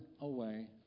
away